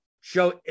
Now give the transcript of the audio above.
show